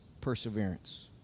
perseverance